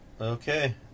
Okay